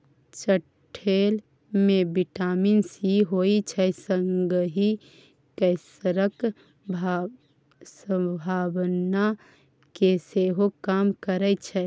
चठेल मे vitamin C होइ छै संगहि कैंसरक संभावना केँ सेहो कम करय छै